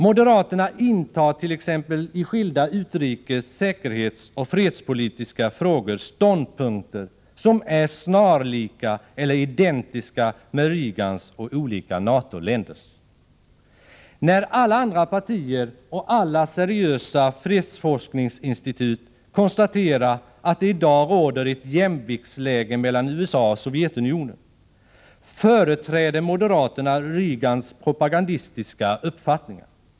Moderaterna intar t.ex. i skilda utrikes-, säkerhetsoch fredspolitiska frågor ståndpunkter som är snarlika eller identiska med Reagans och olika NATO-länders. När alla andra partier och alla seriösa fredsforskningsinstitut konstaterar att det i dag råder ett jämviktsläge mellan USA och Sovjetunionen, företräder moderaterna Reagans propagandistiska uppfattningar.